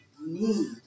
need